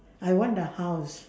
I want the house